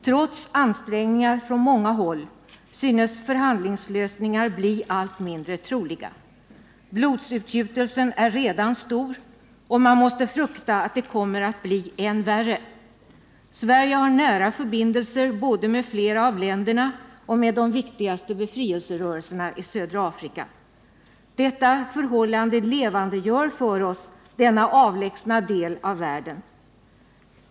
Trots ansträngningar från många håll synes förhandlingslösningar bli allt mindre troliga. Blodsutgjutelsen är redan stor, och man måste frukta att det kommer att bli än värre. Sverige har nära förbindelser både med flera av länderna och med de viktigaste befrielserörelserna i södra Afrika. Detta förhållande levandegör för oss denna avlägsna del av världen.